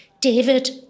David